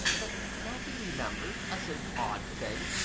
but now he remembered, as an odd thing,